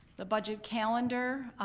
the budget calendar,